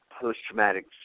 post-traumatic